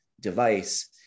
device